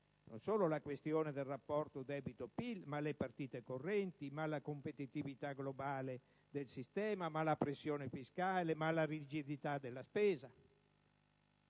non solo la questione del rapporto debito-PIL, ma le partite correnti, la competitività globale del sistema, la pressione fiscale, la rigidità della spesa.